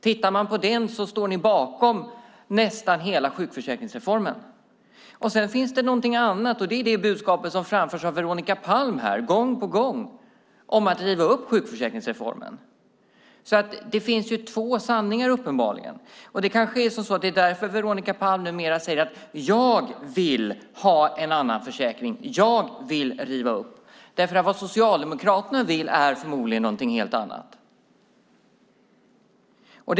Tittar man på den står de bakom nästan hela sjukförsäkringsreformen. Sedan finns det någonting annat, och det är det budskap som framförs av Veronica Palm här gång på gång om att riva upp sjukförsäkringsreformen. Det finns uppenbarligen två sanningar. Det kanske är därför som Veronica Palm numera säger: Jag vill ha en annan försäkring. Jag vill riva upp. Vad Socialdemokraterna vill är förmodligen någonting helt annat.